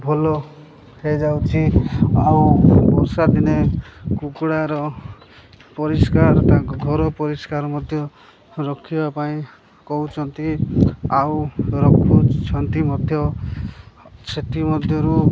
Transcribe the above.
ଭଲ ହୋଇଯାଉଛି ଆଉ ବର୍ଷା ଦିନେ କୁକୁଡ଼ାର ପରିଷ୍କାର ତାଙ୍କ ଘର ପରିଷ୍କାର ମଧ୍ୟ ରଖିବା ପାଇଁ କହୁଛନ୍ତି ଆଉ ରଖୁଛନ୍ତି ମଧ୍ୟ ସେଥିମଧ୍ୟରୁ